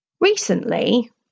Recently